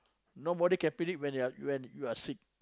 nobody can predict when you're when you are sick